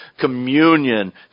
communion